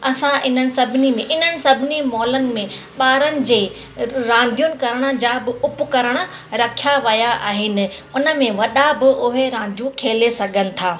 असां इन्हनि सभिनी में इन्हनि सभिनी मॉलनि में ॿारनि जे रांदियुनि करण जा बि उपकरण रखिया विया आहिनि उन में वॾा बि उहे रांदियूं खेले सघनि था